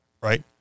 right